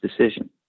decision